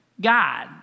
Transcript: God